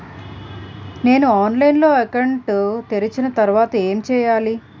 నేను ఆన్లైన్ లో అకౌంట్ తెరిచిన తర్వాత ఏం చేయాలి?